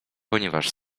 ponieważ